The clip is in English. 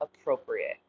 appropriate